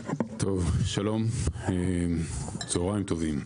שלום וצוהריים טובים,